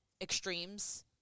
extremes